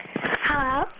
Hello